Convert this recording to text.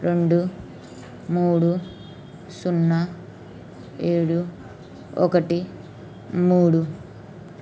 రెండు మూడు సున్నా ఏడు ఒకటి మూడు